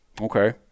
Okay